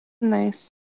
nice